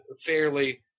fairly